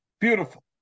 Beautiful